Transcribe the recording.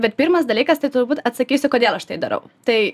bet pirmas dalykas tai turbūt atsakysiu kodėl aš tai darau tai